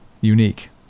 unique